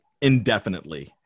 indefinitely